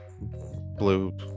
blue